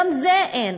גם זה אין.